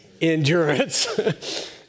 Endurance